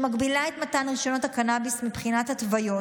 שמגבילה את מתן רישיונות הקנביס מבחינת התוויות,